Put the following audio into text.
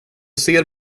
ser